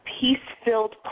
peace-filled